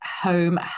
home